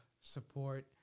support